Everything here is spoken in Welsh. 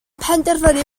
penderfynu